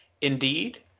Indeed